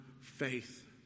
faith